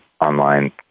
online